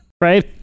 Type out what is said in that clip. right